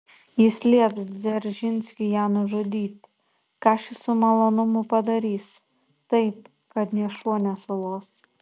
jis lieps dzeržinskiui ją nužudyti ką šis su malonumu padarys taip kad nė šuo nesulos